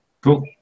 cool